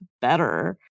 better